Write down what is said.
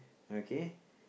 okay